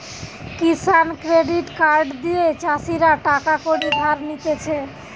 কিষান credit card দিয়ে চাষীরা টাকা কড়ি ধার নিতেছে